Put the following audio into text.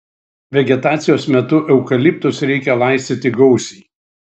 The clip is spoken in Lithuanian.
vegetacijos metu eukaliptus reikia laistyti gausiai